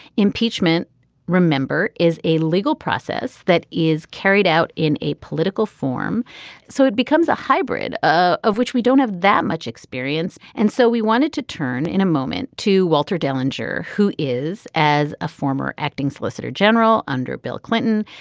impeachment remember is a legal process that is carried out in a political form so it becomes a hybrid of which we don't have that much experience. and so we wanted to turn in a moment to walter dellinger who is as a former acting solicitor general under bill clinton.